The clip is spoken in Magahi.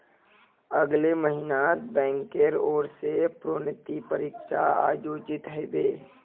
अगले महिनात बैंकेर ओर स प्रोन्नति परीक्षा आयोजित ह बे